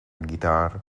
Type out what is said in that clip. guitar